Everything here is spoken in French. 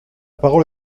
parole